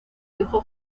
hijo